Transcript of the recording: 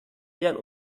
leeren